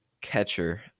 Catcher